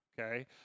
okay